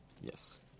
Yes